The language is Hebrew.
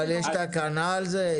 אבל יש תקנה על זה?